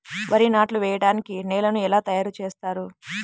వరి నాట్లు వేయటానికి నేలను ఎలా తయారు చేస్తారు?